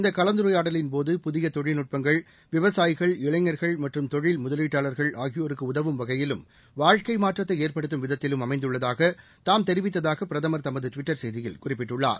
இந்த கலந்துரையாடலின்போது புதிய தொழில்நுட்பங்கள் விவசாயிகள் இளைஞர்கள் மற்றும் தொழில் முதலீட்டாளா்கள் ஆகியோருக்கு உதவும் வகையிலும் வாழ்க்கை மாற்றத்தை ஏற்படுத்தும் விதத்திலும் அமைந்துள்ளதாக தாம் தெரிவித்ததாக பிரதம் தமது ட்விட்டர் செய்தியில் குறிப்பிட்டுள்ளார்